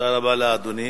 תודה רבה לאדוני.